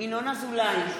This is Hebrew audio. ינון אזולאי,